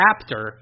chapter